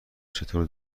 چطور